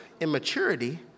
immaturity